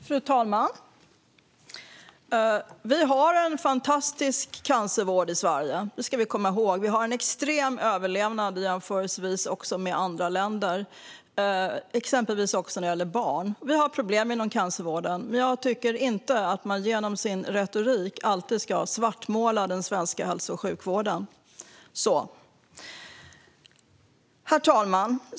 Fru talman! Vi har en fantastisk cancervård i Sverige. Det ska vi komma ihåg. Vi har extremt stor överlevnad i jämförelse med andra länder, också när det gäller barn. Vi har problem inom cancervården, men jag tycker inte att man i sin retorik alltid ska svartmåla den svenska hälso och sjukvården. Fru talman!